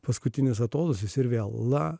paskutinis atodūsis ir vėl la